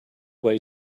way